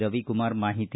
ರವಿಕುಮಾರ್ ಮಾಹಿತಿ